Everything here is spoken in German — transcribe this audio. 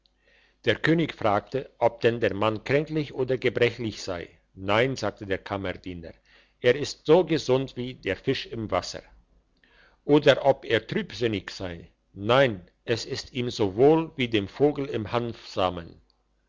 der könig fragte ob denn der mann kränklich oder gebrechlich sei nein sagte der kammerdiener er ist so gesund wie der fisch im wasser oder ob er trübsinnig sei nein es ist ihm so wohl wie dem vogel im hanfsamen